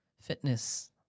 fitness